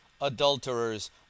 adulterers